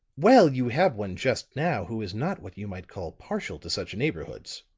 well, you have one just now who is not what you might call partial to such neighborhoods,